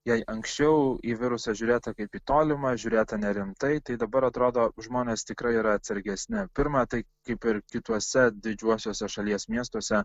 jei anksčiau į virusą žiūrėta kaip į tolimą žiūrėta nerimtai tai dabar atrodo žmonės tikrai yra atsargesni pirma tai kaip ir kituose didžiuosiuose šalies miestuose